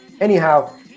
anyhow